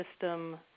system